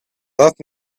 that